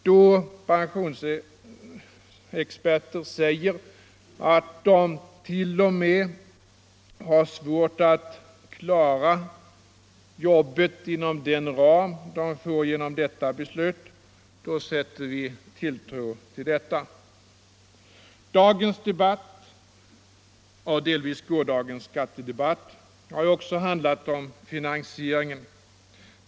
När pensionsexperterna säger att de t.o.m. har svårt att klara sitt jobb inom den ram de får genom det beslut vi nu skall fatta, så sätter vi tilltro till detta. Debatten i dag och delvis också gårdagens skattedebatt har handlat om finansieringen.